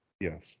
yes